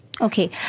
okay